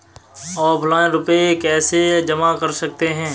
Offline रुपये कैसे जमा कर सकते हैं?